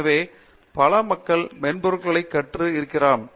எனவே பல மக்கள் மென்பொருளை கற்று இருக்கலாம்